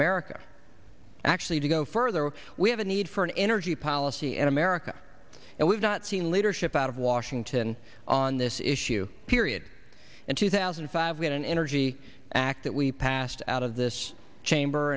america actually to go further we have a need for an energy policy in america and we've not seen leadership out of washington on this issue period in two thousand and five we had an energy act that we passed out of this chamber